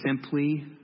simply